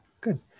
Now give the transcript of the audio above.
good